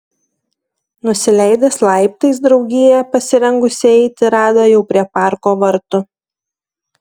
nusileidęs laiptais draugiją pasirengusią eiti rado jau prie parko vartų